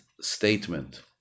statement